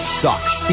sucks